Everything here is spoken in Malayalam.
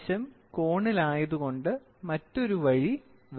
ഈ വശം കോണിൽ ആയതുകൊണ്ട് മറ്റൊരു വഴി വേണം